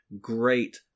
Great